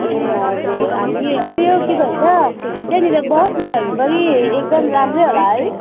ए हजुर हामी उयो के भन्छ त्यहाँनिर बस्नेहरू पनि एकदम राम्रै होला है